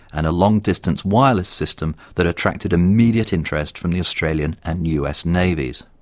and a long-distance wireless system that attracted immediate interest from the australian and us navies.